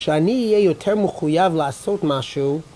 כשאני אהיה יותר מחוייב לעשות משהו,